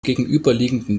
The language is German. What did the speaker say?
gegenüberliegenden